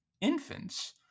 infants